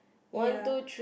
ya